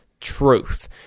truth